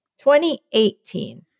2018